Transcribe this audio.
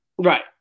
Right